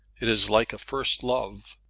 it is like a first love.